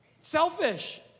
Selfish